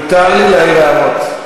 מותר לי להעיר הערות.